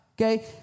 Okay